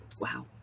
Wow